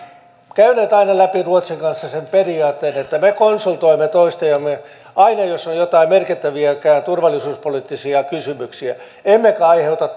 käyneet aina läpi ruotsin kanssa sen periaatteen että me konsultoimme toisiamme aina jos on jotain merkittäviäkään turvallisuuspoliittisia kysymyksiä emmekä aiheuta